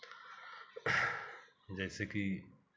जैसे कि